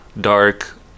dark